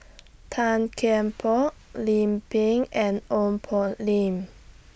Tan Kian Por Lim Pin and Ong Poh Lim